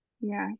Yes